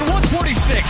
126